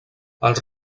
els